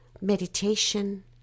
meditation